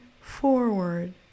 forward